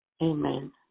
Amen